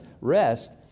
rest